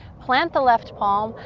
plant the left palm,